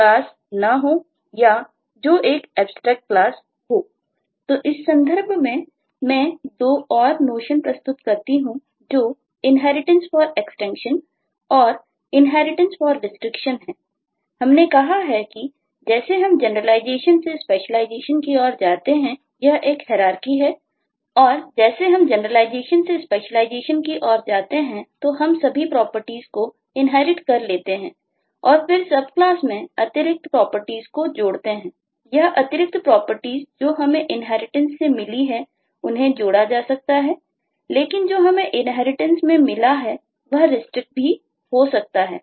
तो इस संदर्भ में मैं दो और धारणाएँ नोशन भी हो सकता है